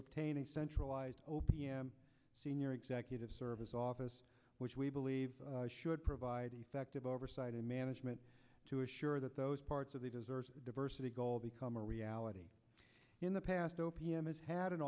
obtain a centralized o p m senior executive service office which we believe should provide effective oversight and management to assure that those parts of the desert diversity goal become a reality in the past o p m has had an